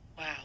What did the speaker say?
wow